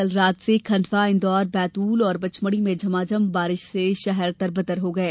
कल रात से खंडवा इंदौर बैतूल और पंचमढी में झमाझम बारिश से शहर तर बतर हो गए